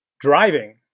driving